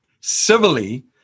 civilly